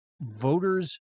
voters